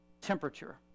temperature